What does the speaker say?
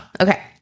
Okay